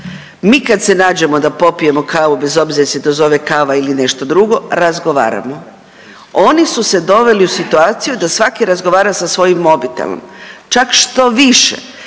Mi kad se nađemo da popijemo kavu bez obzira jel se to zove kava ili nešto drugo, razgovaramo. Oni su se doveli u situaciju da svaki razgovara sa svojim mobitelom, čak štoviše